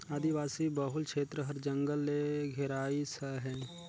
आदिवासी बहुल छेत्र हर जंगल ले घेराइस अहे